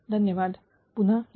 धन्यवाद पुन्हा येऊ